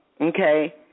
Okay